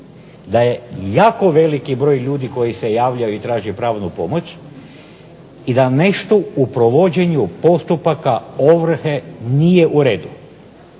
da je jako veliki broj ljudi koji se javljaju i traže pravnu pomoć i da nešto u provođenju postupaka ovrhe nije u redu.